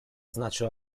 znaczy